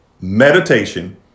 meditation